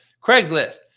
Craigslist